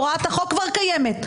הוראת החוק כבר קיימת.